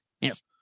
Yes